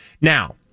Now